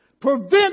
prevent